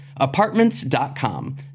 apartments.com